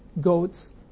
goats